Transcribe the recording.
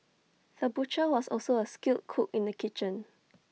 the butcher was also A skilled cook in the kitchen